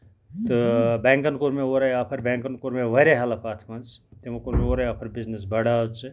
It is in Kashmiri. تہٕ بینکَن کوٚر مےٚ اورَے آفر بینکن کوٚر مےٚ واریاہ ہیلٔپ اَتھ منٛز تِمو کوٚر مےٚ اورَے آفر بِزنِس بَڑاو ژٕ